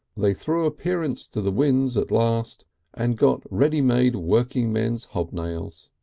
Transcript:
they threw appearances to the winds at last and got ready-made workingmen's hob-nails.